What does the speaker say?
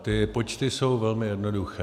Ty počty jsou velmi jednoduché.